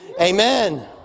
Amen